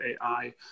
AI